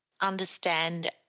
understand